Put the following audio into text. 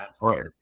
right